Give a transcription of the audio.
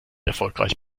erfolgreich